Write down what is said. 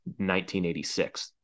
1986